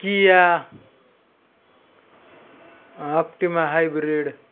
Kiya Optima hybrid